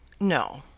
No